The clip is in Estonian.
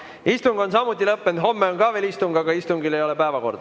Istung on samuti lõppenud. Homme on ka veel istung, aga sellel istungil ei ole päevakorda.